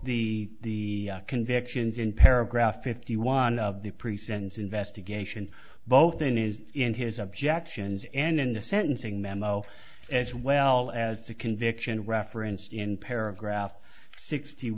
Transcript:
both the convictions in paragraph fifty one of the pre sentence investigation both in his in his objections and in the sentencing memo as well as the conviction referenced in paragraph sixty